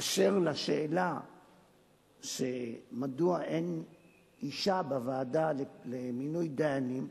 אשר לשאלה מדוע אין אשה בוועדה למינוי דיינים,